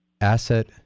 Asset